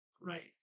Right